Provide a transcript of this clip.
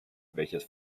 welches